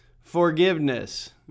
forgiveness